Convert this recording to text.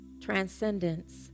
transcendence